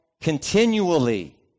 continually